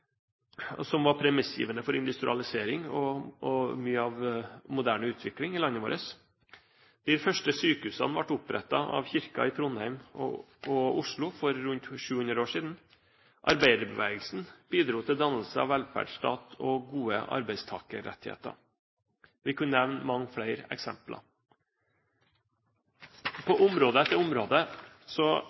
og som var premissgivende for industrialisering og mye av moderne utvikling i landet vårt. De første sykehusene ble opprettet av Kirken i Trondheim og Oslo for rundt 700 år siden. Arbeiderbevegelsen bidro til dannelse av velferdsstat og gode arbeidstakerrettigheter. Vi kunne nevne mange flere eksempler. På område etter område er det det frivillige ideelle engasjementet som har utviklet velferdstilbudene. Så